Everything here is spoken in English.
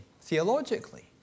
theologically